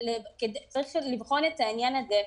צריך לבחון את העניין הזה,